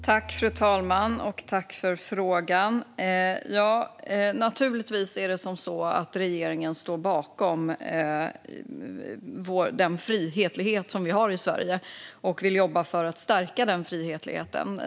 Fru talman! Naturligtvis står regeringen bakom den frihetlighet vi har i Sverige och vill jobba för att stärka den frihetligheten.